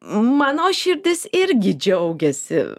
mano širdis irgi džiaugiasi